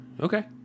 Okay